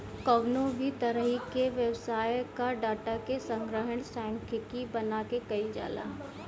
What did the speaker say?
कवनो भी तरही के व्यवसाय कअ डाटा के संग्रहण सांख्यिकी बना के कईल जाला